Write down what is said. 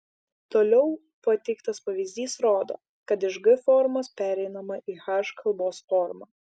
toliau pateiktas pavyzdys rodo kad iš g formos pereinama į h kalbos formą